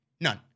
None